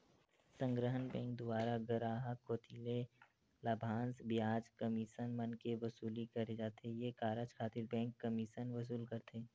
संग्रहन बेंक दुवारा गराहक कोती ले लाभांस, बियाज, कमीसन मन के वसूली करे जाथे ये कारज खातिर बेंक कमीसन वसूल करथे